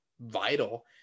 vital